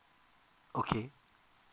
okay